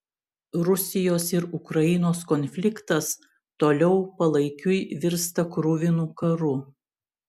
rusijos ir ukrainos konfliktas toliau palaikiui virsta kruvinu karu